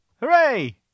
Hooray